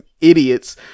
idiots